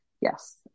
Yes